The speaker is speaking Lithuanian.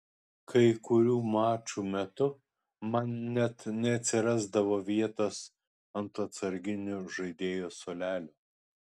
kai kurių mačų metu man net neatsirasdavo vietos ant atsarginių žaidėjų suolelio